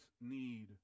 need